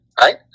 Right